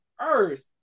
earth